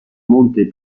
monte